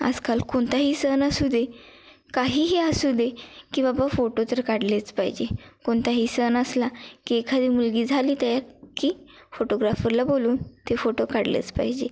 आजकाल कोणताही सण असू दे काहीही असू दे की बाबा फोटो तर काढलेच पाहिजे कोणताही सण असला की एखादी मुलगी झाली तयार की फोटोग्राफरला बोलवून ते फोटो काढलेच पाहिजे